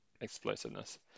explosiveness